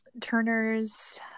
Turner's